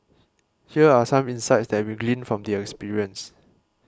here are some insights that we gleaned from the experience